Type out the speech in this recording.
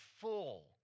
full